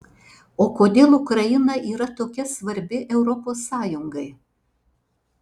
o kodėl ukraina yra tokia svarbi europos sąjungai